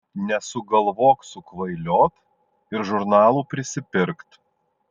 nesugalvok sukvailiot ir žurnalų prisipirkt